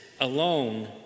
alone